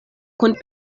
kun